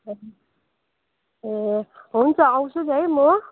ए हुन्छ आउँछु नि है म